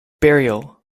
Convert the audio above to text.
burial